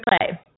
play